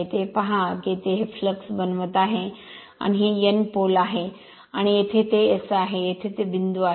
येथे हे पहा की येथे हे फ्लक्स बनवित आहे आणि हे N पोल आहे आणि येथे ते S आहे येथे ते बिंदू आहे